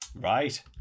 Right